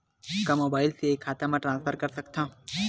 का मोबाइल से खाता म ट्रान्सफर कर सकथव?